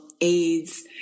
AIDS